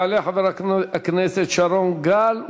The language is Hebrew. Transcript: יעלה חבר הכנסת שרון גל,